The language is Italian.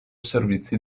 servizi